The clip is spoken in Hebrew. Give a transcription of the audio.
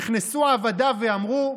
נכנסו עבדיו ואמרו: